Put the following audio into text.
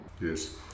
Yes